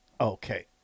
Okay